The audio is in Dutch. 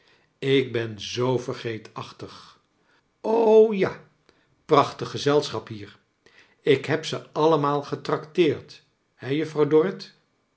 ik ben zoo vergeetachtig o ja prachtig gez els chap hier ik heb ze allemaal getracteerd he juffrouw dorrit